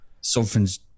something's